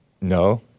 No